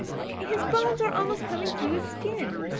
why, his bones are almost coming through his skin.